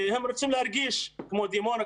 הם רוצים להרגיש כמו דימונה,